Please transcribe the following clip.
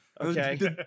Okay